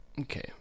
Okay